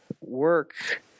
work